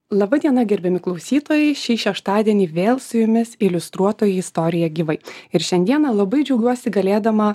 laba diena gerbiami klausytojai šį šeštadienį vėl su jumis iliustruotoji istorija gyvai ir šiandiena labai džiaugiuosi galėdama